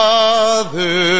Father